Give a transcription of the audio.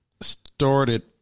started